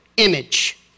image